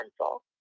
pencil